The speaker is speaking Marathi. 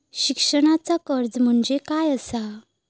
शिक्षणाचा कर्ज म्हणजे काय असा?